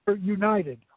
united